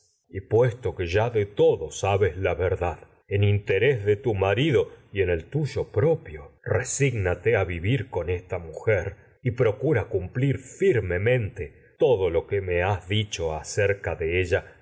estimas puesto que ya de todo sabes la verdad en interés de marido y tu en el tpyo propio resígnate a vivir con esta mujer y procura acerca cumplir firmemente ella ya que todo lo que en me has dicho de él